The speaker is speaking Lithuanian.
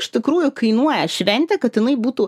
iš tikrųjų kainuoja šventę kad jinai būtų